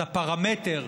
אז הפרמטר,